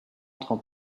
trente